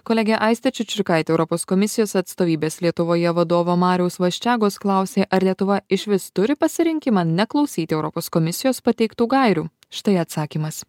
kolegė aistė čičiurkaitė europos komisijos atstovybės lietuvoje vadovo mariaus vaščegos klausė ar lietuva išvis turi pasirinkimą neklausyti europos komisijos pateiktų gairių štai atsakymas